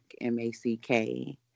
M-A-C-K